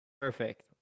perfect